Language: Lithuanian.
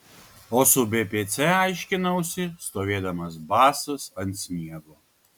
o su bpc aiškinausi stovėdamas basas ant sniego